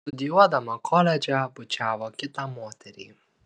studijuodama koledže bučiavo kitą moterį